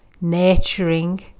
nurturing